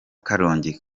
karongi